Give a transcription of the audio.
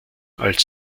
als